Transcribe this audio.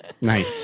nice